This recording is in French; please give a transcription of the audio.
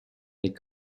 les